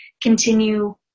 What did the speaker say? continue